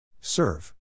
Serve